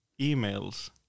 emails